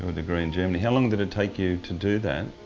but degree and journey, how long did it take you to do that?